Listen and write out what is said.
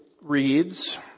reads